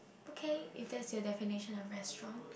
okay if that is your definition of restaurant